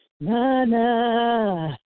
nana